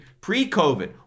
pre-COVID